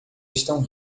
estão